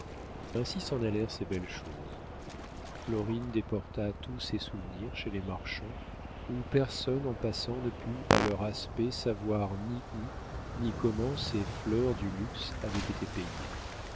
ainsi s'en allèrent ces belles choses florine déporta tous ses souvenirs chez les marchands où personne en passant ne put à leur aspect savoir ni où ni comment ces fleurs du luxe avaient été payées